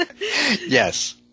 Yes